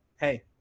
hey